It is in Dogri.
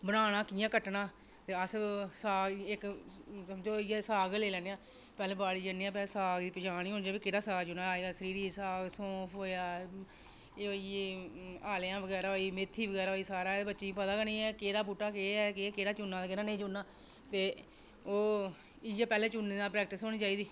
बनाना कि'यां कट्टना ते अस साग गी इक समझो इ'यै साग गी गै लेई लैन्ने आं पैह्लें बाड़ी जन्ने आं पैह्लें साग दी पंछान होनी चाहिदी केह्ड़ा साग अजकल सरीढ़ी साग सौंफ होएआ एह् होई गे होलेआं बगैरा होई मेथी बगैरा होई एह् अजकल दे बच्चें गी पता निं ऐ केह्ड़ा बूह्टा केह् ऐ ते केह्ड़ा चुनना ते केह्ड़ा नेईं चुनना ते ओह् इ'यै चुनने दी पैह्लें प्रैक्टिस होना चाहिदी